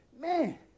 man